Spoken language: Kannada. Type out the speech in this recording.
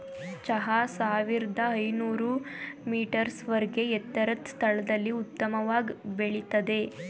ಚಹಾ ಸಾವಿರ್ದ ಐನೂರ್ ಮೀಟರ್ಸ್ ವರ್ಗೆ ಎತ್ತರದ್ ಸ್ಥಳದಲ್ಲಿ ಉತ್ತಮವಾಗ್ ಬೆಳಿತದೆ